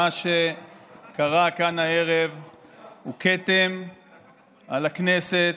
מה שקרה כאן הערב הוא כתם על הכנסת,